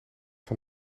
van